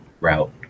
route